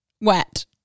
Wet